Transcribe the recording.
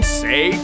say